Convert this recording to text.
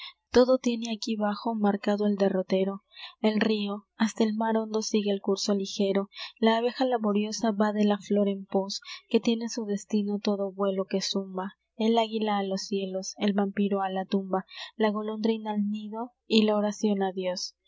todo tiene aquí bajo marcado el derrotero el rio hasta el mar hondo sigue el curso ligero la abeja laboriosa va de la flor en pos que tiene su destino todo vuelo que zumba el águila á los cielos el vampiro á la tumba la golondrina al nido y la oracion á dios